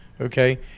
okay